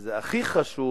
וזה הכי חשוב,